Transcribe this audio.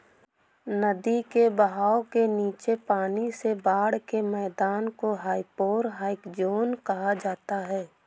नदी के बहाव के नीचे पानी से बाढ़ के मैदान को हाइपोरहाइक ज़ोन कहा जाता है